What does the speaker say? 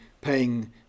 paying